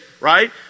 right